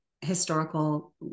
historical